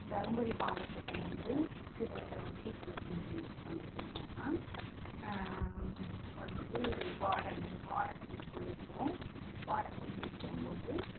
தருமபுரி மாவட்டத்தில் வந்து சில வீட்டு வசதி பண்ணுறது என்னென்னா வந்து வாடகை வாடகை வீட்டில் இருக்கிறோம் வாடகை வீட்டில் இருக்கிறம்போது